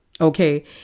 Okay